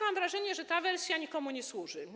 Mam wrażenie, że ta wersja nikomu nie służy.